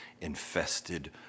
infested